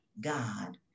God